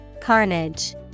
Carnage